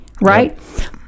right